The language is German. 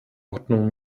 ordnung